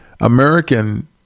American